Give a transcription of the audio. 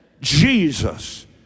Jesus